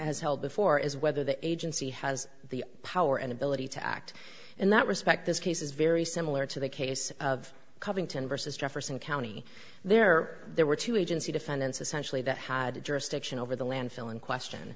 has held before is whether the agency has the power and ability to act in that respect this case is very similar to the case of covington versus jefferson county there there were two agency defendants essentially that had jurisdiction over the landfill in question